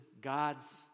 God's